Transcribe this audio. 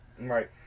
Right